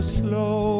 slow